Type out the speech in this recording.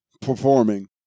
performing